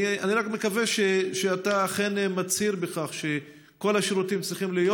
אני רק מקווה שאתה אכן מצהיר בכך שכל השירותים צריכים להיות,